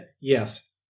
Yes